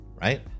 right